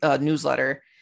newsletter